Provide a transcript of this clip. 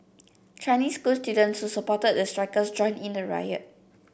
Chinese school students supported the strikers joined in the riot